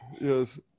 yes